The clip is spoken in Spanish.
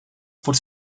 por